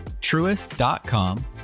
truest.com